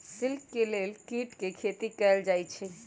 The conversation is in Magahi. सिल्क के लेल कीट के खेती कएल जाई छई